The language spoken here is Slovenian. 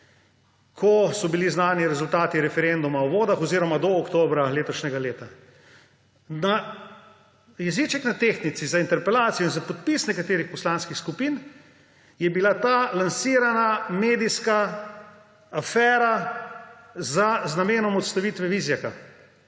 ko so bili znani rezultati referenduma o vodah oziroma do oktobra letošnjega leta. Jeziček na tehtnici za interpelacijo in za podpis nekaterih poslanskih skupin je bila ta lansirana medijska afera z namenom odstavitve Vizjaka.